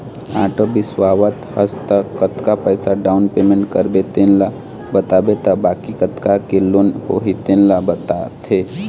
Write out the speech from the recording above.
auto बिसावत हस त कतका पइसा डाउन पेमेंट करबे तेन ल बताबे त बाकी कतका के लोन होही तेन ल बताथे